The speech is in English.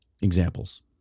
examples